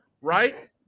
right